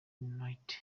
knights